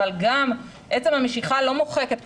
אבל גם עצם המשיכה לא מוחקת,